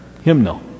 hymnal